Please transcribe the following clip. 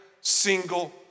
single